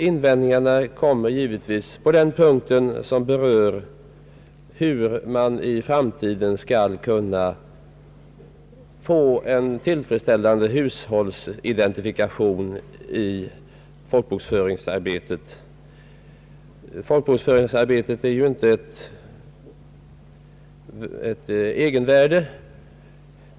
Invändningarna kommer på den punkt som berör frågan om hur man i framtiden skall kunna få en tillfredsställande hushållsidentifikation i folkbokföringsarbetet. Folkbokföringsarbetet har ju inte något egenvärde.